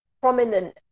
prominent